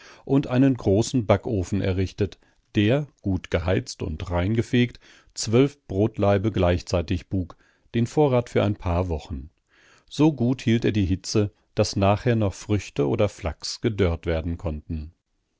und einen großen backofen errichtet der gut geheizt und reingefegt zwölf brotlaibe gleichzeitig buk den vorrat für ein paar wochen so gut hielt er die hitze daß nachher noch früchte oder flachs gedörrt werden konnten